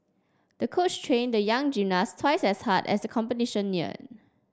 the coach trained the young gymnast twice as hard as competition neared